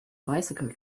bicycle